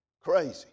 Crazy